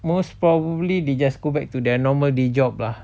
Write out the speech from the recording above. most probably they just go back to their normal job lah